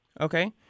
Okay